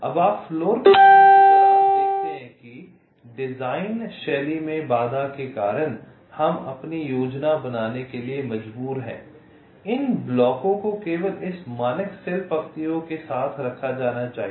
अब आप फ़्लोरप्लनिंग के दौरान देखते हैं कि डिज़ाइन शैली में बाधा के कारण हम अपनी योजना बनाने के लिए मजबूर हैं इन ब्लॉकों को केवल इस मानक सेल पंक्तियों के साथ रखा जाना चाहिए